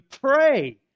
pray